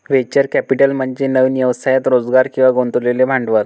venture capital म्हणजे नवीन व्यवसायात रोजगार किंवा गुंतवलेले भांडवल